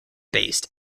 based